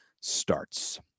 starts